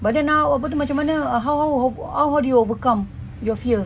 but then now apa tu macam mana how how how do you overcome your fear